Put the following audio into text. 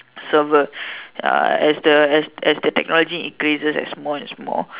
server uh as the as the technology increases as more as more